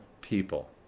people